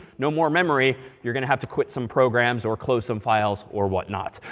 no more memory. you're going to have to quit some programs, or close some files, or whatnot.